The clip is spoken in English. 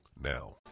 now